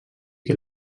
que